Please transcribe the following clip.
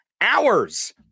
hours